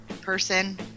person